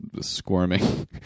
squirming